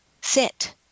sit